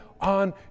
on